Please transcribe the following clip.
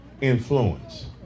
influence